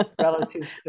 relative